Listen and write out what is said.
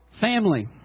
Family